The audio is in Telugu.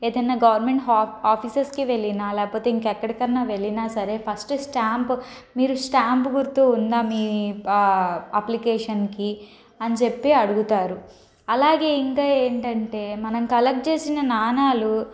ఏదయినా గవర్నమెంట్ హాఫ్ ఆఫీసెస్కి వెళ్ళినా లేపోతే ఇంకెక్కడికన్నా వెళ్ళినా సరే ఫస్టు స్టాంపు మీరు స్టాంపు గుర్తు ఉందా మీ అప్లికేషన్కి అని చెప్పి అడుగుతారు అలాగే ఇంకా ఏంటంటే మనం కలక్ట్ చేసిన నాణాలు